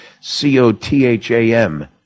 C-O-T-H-A-M